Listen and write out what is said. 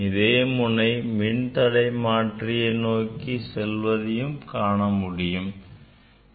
இதே முனை மின்தடைமாற்றியை நோக்கி செல்வதையும் காணலாம்